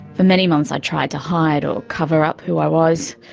for many months i tried to hide or cover up who i was,